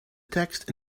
text